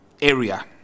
Area